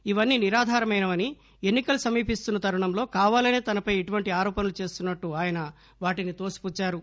ఇవన్నీ నిరాధారమైనవని ఎన్ని కలు సమీపిస్తున్న తరుణంలో కావాలసే తనపై ఇటువంటి ఆరోపణలు చేస్తున్సట్లు ఆయన వాటిని తోసిపుచ్చారు